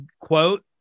quote